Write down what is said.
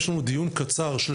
יש לנו דיון קצר היום,